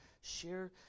share